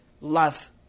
love